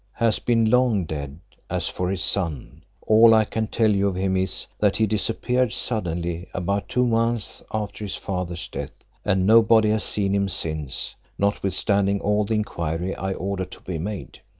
has been long dead as for his son, all i can tell you of him is, that he disappeared suddenly, about two months after his father's death, and nobody has seen him since, notwithstanding all the inquiry i ordered to be made.